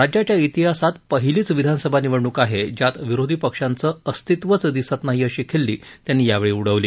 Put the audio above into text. राज्याच्या तिहासात पहिलीच विधानसभा निवडणूक आहे ज्यात विरोधीपक्षांचं अस्तितत्वच दिसत नाही अशी खिल्ली त्यांनी यावेळी उडवली